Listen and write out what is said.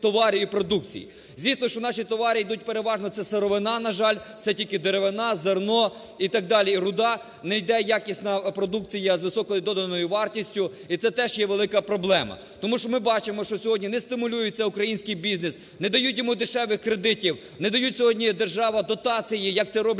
Тому що ми бачимо, що сьогодні не стимулюється українській бізнес, не дають йому дешевих кредитів, не дає сьогодні держава дотації, як це роблять